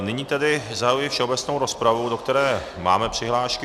Nyní tedy zahajuji všeobecnou rozpravu, do které máme přihlášky.